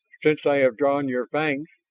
since i have drawn your fangs.